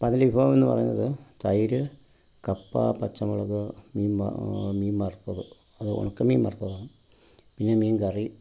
അപ്പം അതിലെ വിഭവം എന്ന് പറയുന്നത് തൈര് കപ്പ പച്ചമുളക് മീൻമ്മ മീൻ വറുത്തത് അത് ഉണക്കമീൻ വറത്തതാണ് പിന്നെ മീൻ കറി